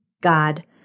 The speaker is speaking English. God